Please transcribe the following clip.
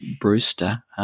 Brewster